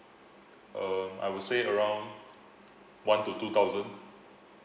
um I would say around one to two thousand